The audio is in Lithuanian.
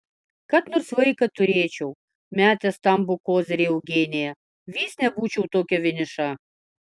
kad nors vaiką turėčiau metė stambų kozirį eugenija vis nebūčiau tokia vieniša